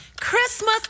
Christmas